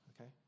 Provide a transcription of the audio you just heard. okay